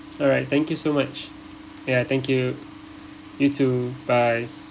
alright thank you so much ya thank you you too bye